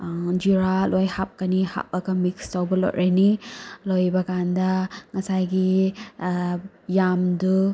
ꯓꯤꯔꯥ ꯂꯣꯏ ꯍꯥꯞꯀꯅꯤ ꯍꯥꯞꯄꯒ ꯃꯤꯛꯁ ꯇꯧꯕ ꯂꯣꯏꯔꯅꯤ ꯂꯣꯏꯕ ꯀꯟꯗ ꯉꯁꯥꯏꯒꯤ ꯌꯥꯝꯗꯨ